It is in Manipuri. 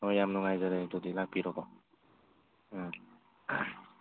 ꯍꯣꯏ ꯌꯥꯝ ꯅꯨꯡꯉꯥꯏꯖꯔꯦ ꯑꯗꯨꯗꯤ ꯂꯥꯛꯄꯤꯔꯣ ꯀꯣ ꯎꯝ